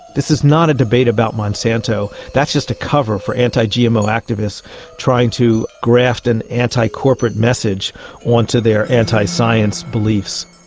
this is not a debate about monsanto. that's just a cover for anti-gmo activists trying to graft an anti-corporate message onto their anti-science beliefs.